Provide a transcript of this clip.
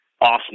awesome